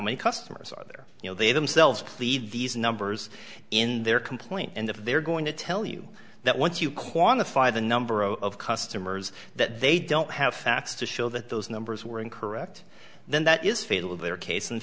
many customers are there you know they themselves plead these numbers in their complaint and if they're going to tell you that once you quantify the number of customers that they don't have facts to show that those numbers were incorrect then that is fatal their case in